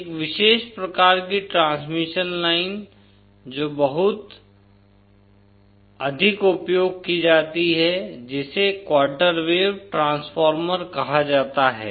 एक विशेष प्रकार की ट्रांसमिशन लाइन जो बहुत अधिक उपयोग की जाती है जिसे क्वार्टर वेव ट्रांसफार्मर कहा जाता है